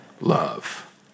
love